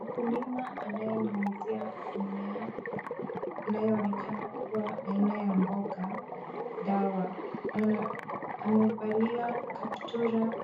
Mkulima anayenyunyizia mimea inayoonekana kuwa aina ya mboga dawa, amevalia kaptura